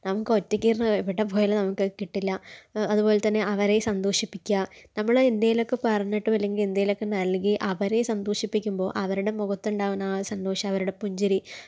നമുക്ക് ഒറ്റയ്ക്ക് ഇരുന്ന് എവിടെ പോയാലും അത് നമുക്ക് കിട്ടില്ല അതുപോലെതന്നെ അവരെ സന്തോഷിപ്പിക്കുക നമ്മള് എന്തേലുമൊക്കെ പറഞ്ഞിട്ടും അല്ലെങ്കിൽ എന്തേലുമൊക്കെ നൽകി അവരേ സന്തോഷിപ്പികുമ്പോൾ അവരുടെ മുഖത്തുണ്ടാവുന്ന ആ സന്തോഷം അവരുടെ പുഞ്ചിരീ